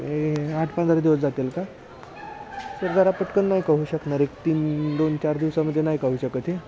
आठ पंधरा दिवस जातील का सर जरा आ पटकन नाही का करू शकणार एक तीन दोन चार दिवसामध्ये नाही का होऊ शकत